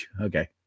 Okay